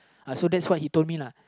uh so that's what he told me lah